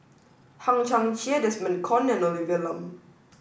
Hang Chang Chieh Desmond Kon and Olivia Lum